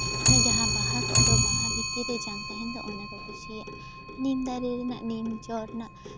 ᱚᱱᱟ ᱡᱟᱦᱟᱸ ᱵᱟᱦᱟ ᱠᱚᱜ ᱫᱚ ᱵᱟᱦᱟ ᱵᱷᱤᱛᱤᱨ ᱨᱮ ᱡᱟᱝ ᱛᱟᱦᱮᱱ ᱫᱚ ᱚᱱᱟ ᱠᱚ ᱠᱩᱥᱤᱭᱟᱜᱼᱟ ᱱᱤᱢ ᱫᱟᱨᱮ ᱨᱮᱱᱟᱜ ᱱᱤᱢ ᱡᱚ ᱨᱮᱱᱟᱜ